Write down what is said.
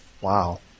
Wow